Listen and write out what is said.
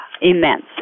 Immense